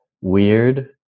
weird